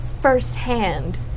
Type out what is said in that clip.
Firsthand